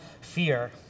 fear